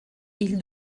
ils